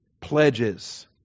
pledges